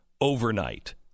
overnight